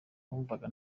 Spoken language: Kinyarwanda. wumvaga